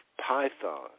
Python